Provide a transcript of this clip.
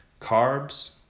carbs